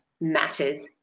matters